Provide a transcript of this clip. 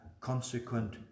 consequent